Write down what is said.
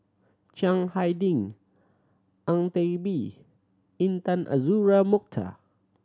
Chiang Hai Ding Ang Teck Bee Intan Azura Mokhtar